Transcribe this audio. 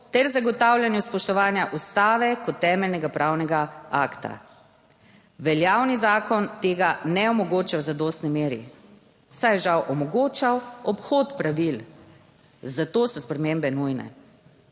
ter zagotavljanju spoštovanja Ustave kot temeljnega pravnega akta. Veljavni zakon tega ne omogoča v zadostni meri, saj je žal omogočal obhod pravil, zato so spremembe nujne.